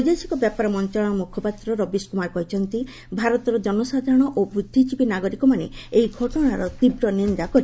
ବୈଦେଶିକ ବ୍ୟାପାର ମନ୍ତ୍ରଣାଳୟ ମୁଖପାତ୍ର ରବୀଶ କୁମାର କହିଛନ୍ତି ଭାରତର ଜନସାଧାରଣ ଓ ବୁଦ୍ଧିଜୀବୀ ନାଗରିକମାନେ ଏହି ଘଟଣାର ତୀବ୍ ନିନ୍ଦା କରିଛନ୍ତି